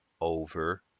over